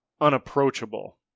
unapproachable